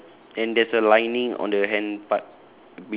ya sure and there's a lining on the hand part